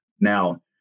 Now